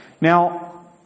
Now